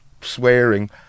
swearing